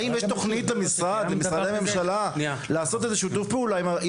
האם אין תוכנית למשרדי הממשלה לעבוד באיזה שהוא שיתוף פעולה עם